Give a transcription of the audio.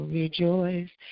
rejoice